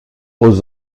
aux